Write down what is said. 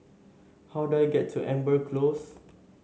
how do I get to Amber Close